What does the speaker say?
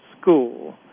school